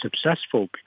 successful